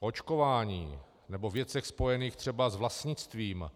O očkování nebo o věcech spojených třeba s vlastnictvím.